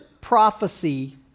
prophecy